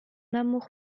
amour